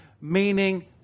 Meaning